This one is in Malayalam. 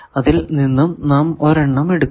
അതിൽ നിന്നും നാം ഒരെണ്ണം എടുക്കുന്നു